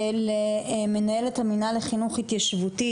למנהלת המינהל לחינוך התיישבותי,